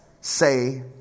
say